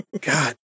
God